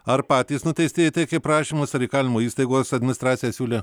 ar patys nuteistieji teikė prašymus ar įkalinimo įstaigos administracija siūlė